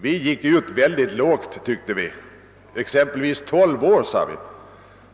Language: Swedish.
Vi gick ut väldigt lågt och föreslog t.ex. tolv år,